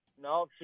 No